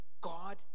God